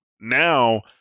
Now